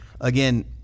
again